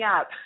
up